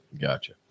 Gotcha